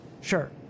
Sure